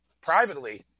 Privately